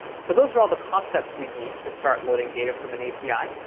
so those are all the concepts we need to start loading data from an api.